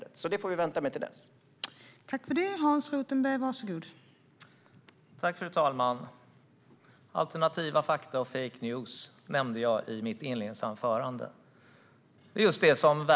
Det får vi alltså vänta med tills den kommer.